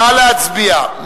נא להצביע.